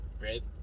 Right